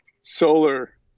solar